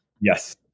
Yes